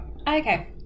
Okay